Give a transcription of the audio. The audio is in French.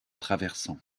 traversant